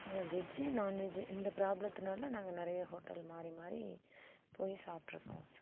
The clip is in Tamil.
வெஜ்ஜி நான் வெஜ்ஜி இந்த ப்ராப்லத்துனால நாங்கள் நிறையா ஹோட்டல் மாதிரி மாதிரி போய் சாப்பிட்ருக்கோம் சார்